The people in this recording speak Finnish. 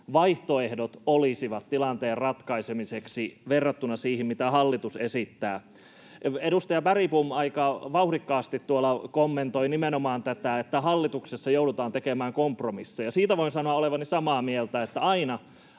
vaihtoehdot olisivat tilanteen ratkaisemiseksi verrattuna siihen, mitä hallitus esittää. Edustaja Bergbom aika vauhdikkaasti tuolla kommentoi nimenomaan tätä, että hallituksessa joudutaan tekemään kompromisseja. Siitä voin sanoa olevani samaa mieltä, että aina